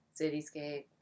Cityscape